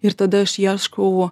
ir tada aš ieškau